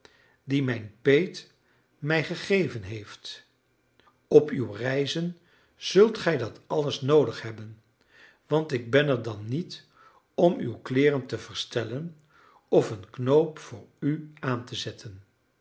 die mijn peet mij gegeven heeft op uw reizen zult gij dat alles noodig hebben want ik ben er dan niet om uw kleeren te verstellen of een knoop voor u aan te zetten